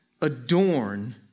adorn